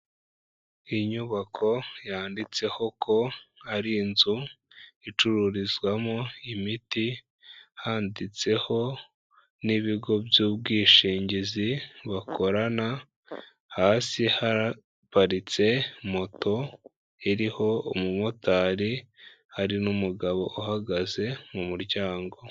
Inyubako yanditseho ko ari inzu icururizwamo imiti handitseho n'ibigo by'ubwishingizi bakorana, hasi haparitse moto iriho umumotari hari n'umugabo uhagaze mu muryango.